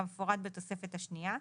כמפורט בתוספת השנייה.